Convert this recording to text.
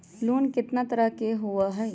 Loan केतना तरह के होअ हई?